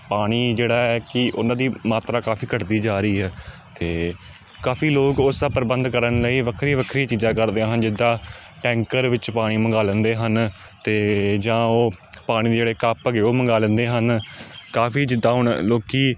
ਪਾਣੀ ਜਿਹੜਾ ਹੈ ਕਿ ਉਹਨਾਂ ਦੀ ਮਾਤਰਾ ਕਾਫ਼ੀ ਘੱਟਦੀ ਜਾ ਰਹੀ ਆ ਅਤੇ ਕਾਫ਼ੀ ਲੋਕ ਉਸ ਦਾ ਪ੍ਰਬੰਧ ਕਰਨ ਲਈ ਵੱਖਰੀ ਵੱਖਰੀ ਚੀਜ਼ਾਂ ਕਰਦੇ ਹਨ ਜਿੱਦਾਂ ਟੈਂਕਰ ਵਿੱਚ ਪਾਣੀ ਮੰਗਵਾ ਲੈਂਦੇ ਹਨ ਅਤੇ ਜਾਂ ਉਹ ਪਾਣੀ ਦੇ ਜਿਹੜੇ ਕੱਪ ਹੈਗੇ ਉਹ ਮੰਗਵਾ ਲੈਂਦੇ ਹਨ ਕਾਫ਼ੀ ਜਿੱਦਾਂ ਹੁਣ ਲੋਕ